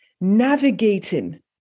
navigating